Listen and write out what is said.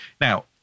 Now